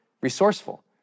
resourceful